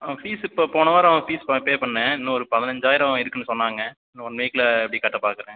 ஆ fees இப்போ போன வாரம் ஃபீஸ் இப்போ தான் பே பண்ணேன் இன்னும் ஒரு பதினஞ்சாயிரம் இருக்குன்னு சொன்னாங்க இன்னும் ஒன் வீக்கில் எப்படி கட்ட பார்க்குறேன்